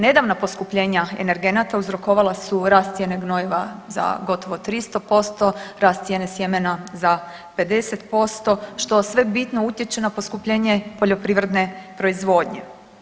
Nedavna poskupljenja energenata uzrokovala su rast cijene gnojiva za gotovo 300%, rast cijene sjemena za 50% što sve bitno utječe na poskupljenje poljoprivredne proizvodnje.